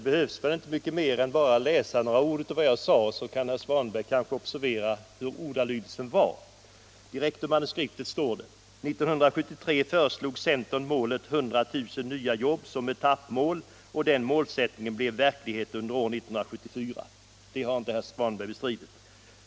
Herr talman! Jag behöver bara läsa upp några ord ur mitt anförande, så kan herr Svanberg observera ordalydelsen. Jag citerar direkt ur manuskriptet: ” 1973 föreslog centern målet 100 000 nya jobb som etappmål, och den målsättningen blev verklighet under år 1974.” Detta har inte herr Svanberg bestridit.